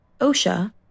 OSHA